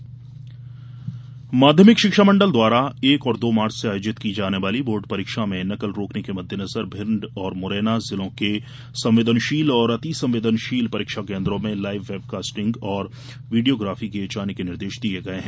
शिक्षा मंडल माध्यमिक शिक्षा मंडल द्वारा एक और दो मार्च से आयोजित की जाने वाली बोर्ड परीक्षा में नकल रोकने के मद्देनजर भिंड और मुरैना जिलों के संवेदनशील और अतिसंवेदनशील परीक्षा केन्द्रो में लाइव बेव कास्टिग और वीडियोग्राफी किए जाने के निर्देश दिए गए हैं